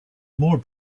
more